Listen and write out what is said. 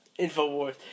InfoWars